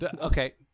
Okay